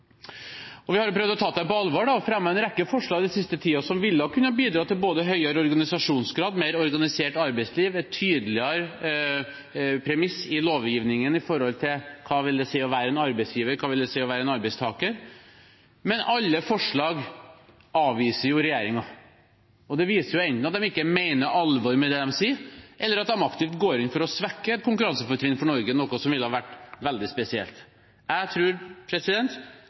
Vi har prøvd å ta det på alvor og har fremmet en rekke forslag den siste tiden som ville kunnet bidra til både høyere organisasjonsgrad, et mer organisert arbeidsliv, et tydeligere premiss i lovgivningen med tanke på hva det vil si å være en arbeidsgiver, og hva det vil si å være en arbeidstaker, men regjeringen avviser jo alle forslag. Det viser enten at de ikke mener alvor med det de sier, eller at de aktivt går inn for å svekke et konkurransefortrinn for Norge, noe som ville vært veldig spesielt. Jeg